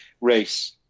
race